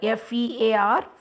fear